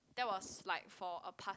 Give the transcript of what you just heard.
that was like for a past